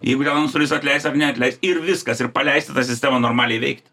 jeigu ten antstolis atleis ar neatleis ir viskas ir paleisti tą sistemą normaliai veikt